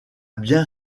bien